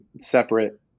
separate